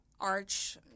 arch